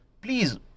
please